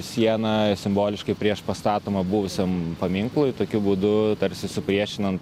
siena simboliškai priešpastatoma buvusiam paminklui tokiu būdu tarsi supriešinant